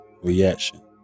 reaction